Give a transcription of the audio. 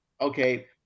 okay –